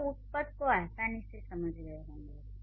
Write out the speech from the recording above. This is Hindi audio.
अब आप उपपद को आसानी से समझ गए होंगे